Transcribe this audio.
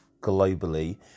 globally